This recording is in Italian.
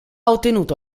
ottenuto